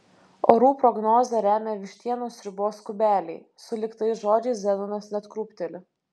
orų prognozę remia vištienos sriubos kubeliai sulig tais žodžiais zenonas net krūpteli